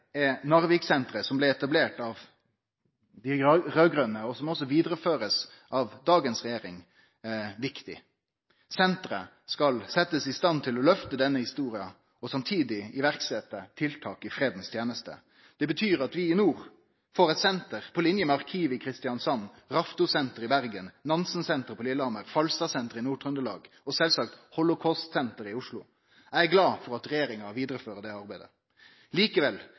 er Narviksenteret, som blei etablert av dei raud-grøne, og som blir vidareført av dagens regjering, viktig. Senteret skal setjast i stand til å løfte denne historia og samtidig setje i verk tiltak i fredens teneste. Det betyr at vi i nord får eit senter på linje med Arkivet i Kristiansand, Raftosenteret i Bergen, Nansensenteret på Lillehammer, Falstadsenteret i Nord-Trøndelag og sjølvsagt Holocaustsenteret i Oslo. Eg er glad for at regjeringa vidarefører det arbeidet. Likevel